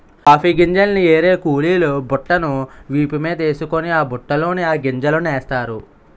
coffee గింజల్ని ఏరే కూలీలు బుట్టను వీపు మీదేసుకొని ఆ బుట్టలోన ఆ గింజలనేస్తారు